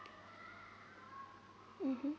mmhmm